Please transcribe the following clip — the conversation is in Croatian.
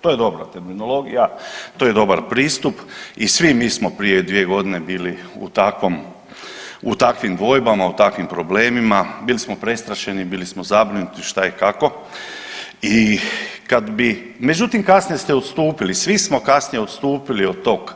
To je dobra terminologija, to je dobar pristup i svi mi smo prije 2.g. bili u takvom, u takvim dvojbama, u takvim problemima, bili smo prestrašeni, bili smo zabrinuti šta i kako i kad bi, međutim kasnije ste odstupili, svi smo kasnije odstupili od tog